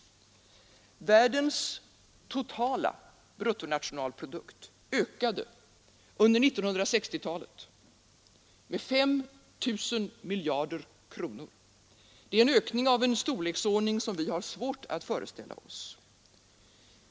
Världens totala bruttonationalprodukt ökade under 1960-talet med 5 000 miljarder kronor, en ökning av en storleksordning som vi har svårt att föreställa oss.